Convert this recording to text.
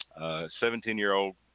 17-year-old